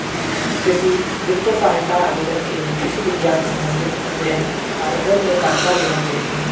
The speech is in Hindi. कृषि वित्तीय सहायता आवेदन के लिए कृषि विज्ञान संबंधित अध्ययन कार्यक्रम में दाखिला लेना चाहिए